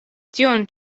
tion